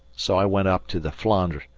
so i went up to the flandre,